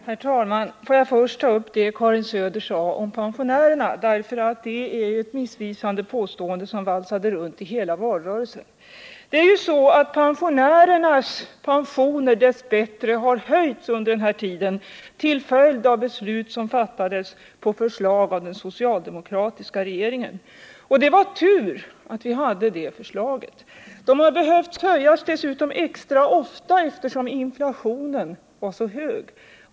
Herr talman! Får jag först ta upp det som Karin Söder sade om pensionärerna, eftersom det är ett missvisande påstående som valsade runt i hela valrörelsen. Pensionärernas pensioner har dess bättre höjts under denna tid till följd av ett riksdagsbeslut som fattades på förslag av den socialdemokratiska regeringen. Det var tur att vi fattade det beslutet innan vi fick den borgerliga regeringen! Pensionerna har dessutom behövt höjas extra ofta, eftersom inflationen varit så hög.